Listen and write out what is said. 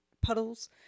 puddles